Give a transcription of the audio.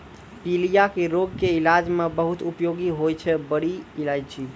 पीलिया के रोग के इलाज मॅ बहुत उपयोगी होय छै बड़ी इलायची